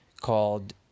called